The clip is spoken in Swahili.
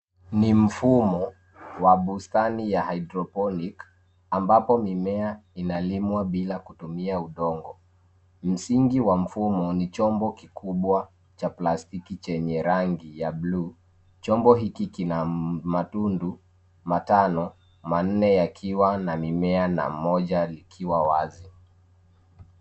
Ni mfumo wa bustani ya haidroponiki ambapo mimea inalimwa bila kutunia udongo. Msingi wa mfumo ni chombo kikubwa cha plastiki chenye rangi ya bluu. Chombo hiki kina matundu matano, manne yakiwa na mimea na moja likiwa wazi.